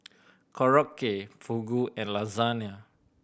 Korokke Fugu and Lasagna